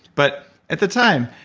but at the time,